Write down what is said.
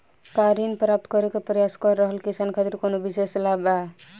का ऋण प्राप्त करे के प्रयास कर रहल किसान खातिर कउनो विशेष लाभ बा?